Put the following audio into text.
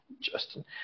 Justin